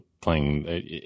playing